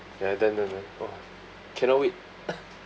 then then then oh cannot wait